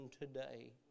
today